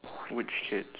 which kids